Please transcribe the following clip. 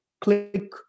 click